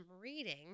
reading